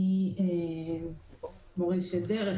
מ"מורשת דרך",